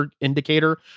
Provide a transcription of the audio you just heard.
indicator